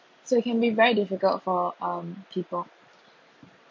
so it can be very difficult for um people